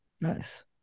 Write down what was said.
Nice